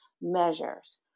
measures